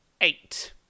Eight